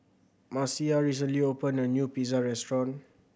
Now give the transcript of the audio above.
Marcia recently opened a new Pizza Restaurant